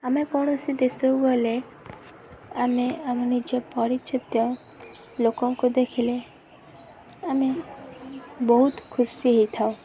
ଆମେ କୌଣସି ଦେଶକୁ ଗଲେ ଆମେ ଆମ ନିଜ ପରିଚିତ ଲୋକଙ୍କୁ ଦେଖିଲେ ଆମେ ବହୁତ ଖୁସି ହେଇଥାଉ